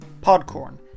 Podcorn